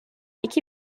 iki